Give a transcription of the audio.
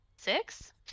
six